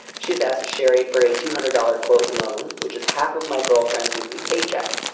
she's asked sherry for a two hundred dollars quote loan, which is half of my girlfriend's weekly paycheck.